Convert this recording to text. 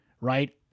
right